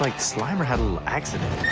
like slimer had a little accident.